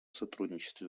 сотрудничестве